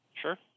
Sure